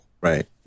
right